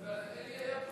ההצעה להעביר את